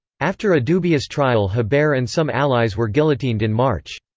after a dubious trial hebert and some allies were guillotined in march.